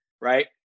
right